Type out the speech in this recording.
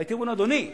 הייתי אומר לו: אדוני,